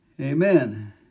Amen